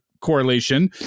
correlation